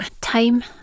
time